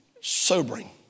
sobering